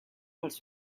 els